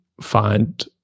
find